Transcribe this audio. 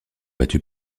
battue